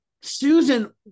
Susan